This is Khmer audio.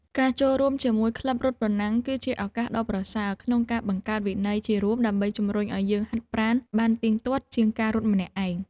ការចូលរួមជាមួយក្លឹបរត់ប្រណាំង គឺជាឱកាសដ៏ប្រសើរក្នុងការបង្កើតវិន័យជារួម ដើម្បីជម្រុញឱ្យយើងហាត់ប្រាណបានទៀងទាត់ជាងការរត់ម្នាក់ឯង។